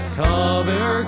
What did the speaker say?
cover